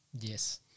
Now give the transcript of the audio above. Yes